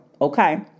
Okay